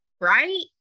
right